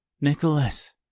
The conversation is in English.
Nicholas